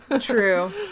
True